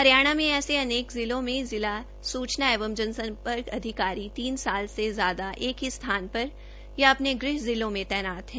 हरियाणा में ऐसे अनेक जिलो में जिला सूचना एवं जन सम्पर्क अधिकारी तीन सात से ज्यादा एक ही स्थान पर या अपने गृह जिले मे तैनता है